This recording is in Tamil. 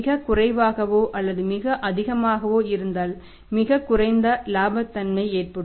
மிகக் குறைவாகவோ அல்லது மிக அதிகமாகவோ இருந்தால் மிகக் குறைந்த இலாபத்தன்மை ஏற்படும்